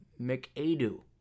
McAdoo